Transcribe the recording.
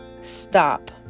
stop